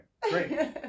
great